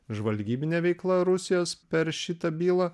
žvalgybinė veikla rusijos per šitą bylą